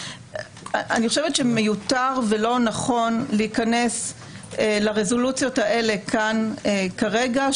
מיותר ולא נכון להיכנס לרזולוציות האלה כאן כרגע.